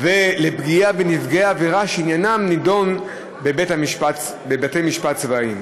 ולפגיעה בנפגעי עבירה שעניינם נדון בבתי-משפט צבאיים.